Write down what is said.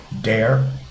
dare